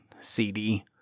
cd